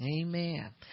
Amen